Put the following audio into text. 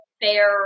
fair